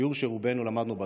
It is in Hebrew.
שיעור שרובנו למדנו בתיכון,